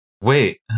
Wait